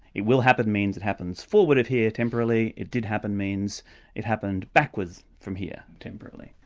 it will happen means it happens forwarded here temporarily, it did happen means it happened backwards from here temporarily.